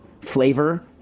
flavor